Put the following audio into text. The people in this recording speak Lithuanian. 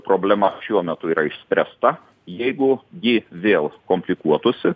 problema šiuo metu yra išspręsta jeigu ji vėl komplikuotųsi